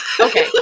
Okay